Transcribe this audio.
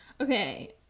Okay